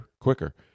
quicker